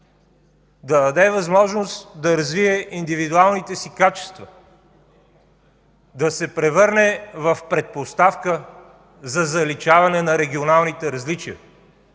да даде възможност да развие индивидуалните си качества; да се превърне в предпоставка за заличаване на регионалните различия.